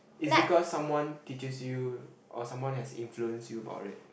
is because someone teaches you or someone has influence you about it